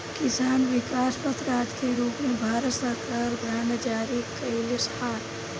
किसान विकास पत्र आदि के रूप में भारत सरकार बांड जारी कईलस ह